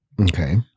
Okay